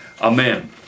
Amen